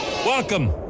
Welcome